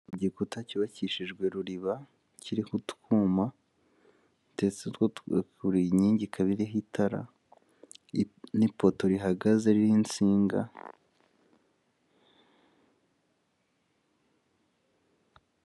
Igikuta cyubakishijwe ruriba kiriho utwuma, ndetse buri nkingi ikaba iriho itara, n'ipoto rihagaze ririho insinga.